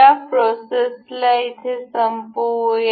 या प्रोसेसला संपवूया